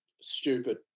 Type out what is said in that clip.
stupid